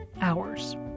hours